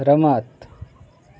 રમત